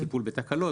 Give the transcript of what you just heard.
כמו טיפול בתקלות,